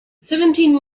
seventeen